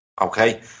okay